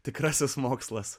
tikrasis mokslas